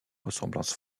ressemblance